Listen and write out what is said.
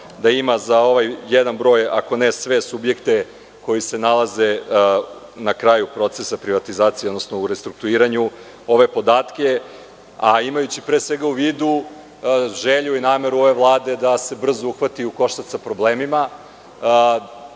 da ima za ovaj jedan broj, ako ne sve subjekte koji se nalaze na kraju procesa privatizacije, odnosno u restrukturiranju, ove podatke. Imajući u vidu želju i nameru ove Vlade da se brzo uhvati u koštac sa problemima,